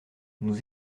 nous